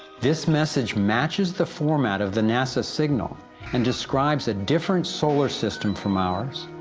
this message matches the format of the nasa signal and describes a different solar system from ours,